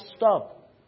Stop